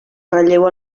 relleu